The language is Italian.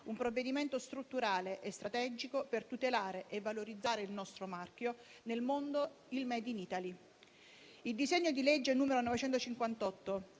nostro Paese, strutturale e strategico per tutelare e valorizzare il nostro marchio nel mondo, il *made in Italy*. Il disegno di legge n. 958